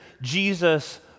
Jesus